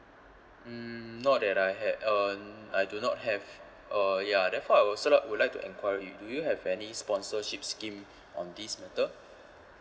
hmm not that I ha~ uh I do not have oh ya therefore I'd also li~ would like to enquire you do you have any sponsorships scheme on this matter